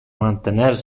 mantener